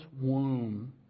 womb